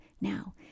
Now